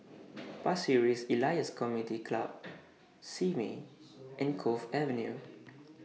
Pasir Ris Elias Community Club Simei and Cove Avenue